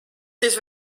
siis